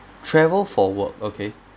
travel for work okay